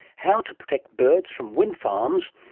how to protect birds from windfarms,